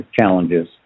challenges